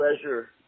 pleasure